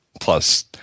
plus